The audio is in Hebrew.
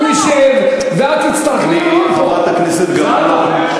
תכף הוא, ואת תצטרכי, אני, חברת הכנסת גלאון,